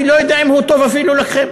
אני לא יודע אם הוא טוב אפילו לכם.